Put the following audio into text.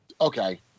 okay